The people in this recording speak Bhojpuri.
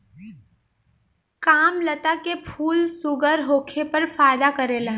कामलता के फूल शुगर होखे पर फायदा करेला